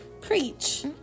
Preach